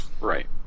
Right